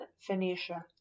Phoenicia